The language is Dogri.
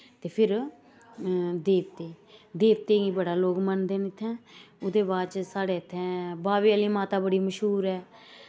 ते फिर देवते देवते गी बड़ा लोग मनदे न इ'त्थे ओह्दे बाद च साढ़े इ'त्थें बाह्वे आह्ली माता बड़ी मशहूर ऐ